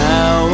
Now